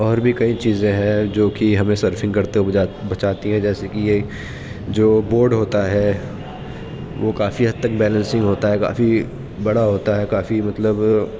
اور بھی کئی چیزیں ہیں جو کہ ہمیں سرفنگ کرتے ہوئے بچا بچاتی ہیں جیسے کہ یہ جو بورڈ ہوتا ہے وہ کافی حد تک بیلنسنگ ہوتا ہے کافی بڑا ہوتا ہے کافی مطلب